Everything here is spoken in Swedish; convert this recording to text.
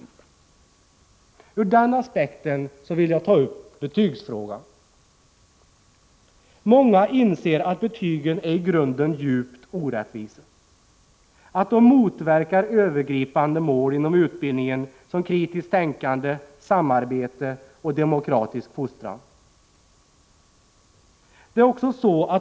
Ur den aspekten vill jag ta upp betygsfrågan. Många inser att betygen i grunden är djupt orättvisa och att de motverkar övergripande mål inom utbildningen, såsom kritiskt tänkande, samarbete och demokratisk fostran.